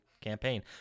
campaign